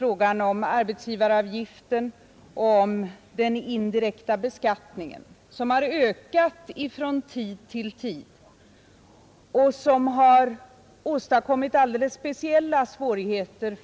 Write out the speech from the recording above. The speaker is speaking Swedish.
arbetsgivaravgiften och den indirekta beskattningen, som har ökat från tid till tid och åstadkommit alldeles speciella svårigheter.